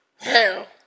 Hell